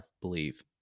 believe